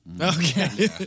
Okay